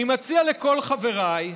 אני מציע לכל חבריי,